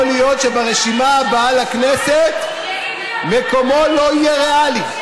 יכול להיות שברשימה הבאה לכנסת מקומו לא יהיה ריאלי.